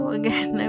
again